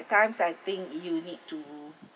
times I think you need to